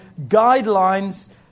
guidelines